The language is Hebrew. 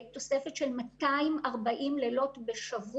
מדובר על תוספת של 240 לילות בשבוע.